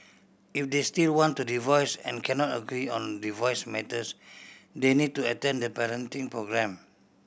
if they still want to divorce and cannot agree on divorce matters they need to attend the parenting programme